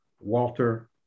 Walter